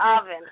oven